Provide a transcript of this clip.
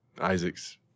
Isaac's